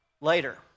later